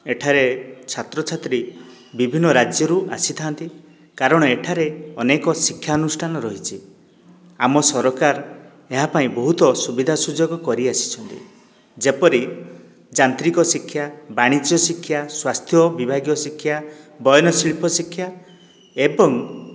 ଏଠାରେ ଛାତ୍ରଛାତ୍ରୀ ବିଭିନ୍ନ ରାଜ୍ୟରୁ ଆସିଥାନ୍ତି କାରଣ ଏଠାରେ ଅନେକ ଶିକ୍ଷା ଅନୁଷ୍ଠାନ ରହିଛି ଆମ ସରକାର ଏହା ପାଇଁ ବହୁତ ସୁବିଧା ସୁଯୋଗ କରିଆସିଛନ୍ତି ଯେପରି ଯାନ୍ତ୍ରିକ ଶିକ୍ଷା ବାଣିଜ୍ୟ ଶିକ୍ଷା ସ୍ୱାସ୍ଥ୍ୟ ବିଭାଗୀୟ ଶିକ୍ଷା ବୟନ ଶିଳ୍ପ ଶିକ୍ଷା ଏବଂ